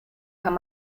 kann